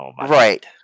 Right